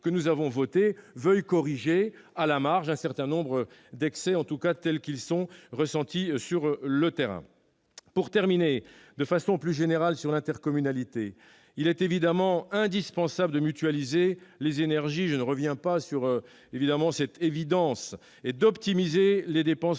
que nous avons votée, veuille corriger à la marge un certain nombre d'excès, ressentis comme tels sur le terrain. Pour terminer de façon plus générale sur l'intercommunalité, il est évidemment indispensable de mutualiser les énergies- je ne reviens pas sur cette évidence !- et d'optimiser les dépenses